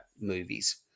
movies